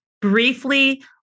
briefly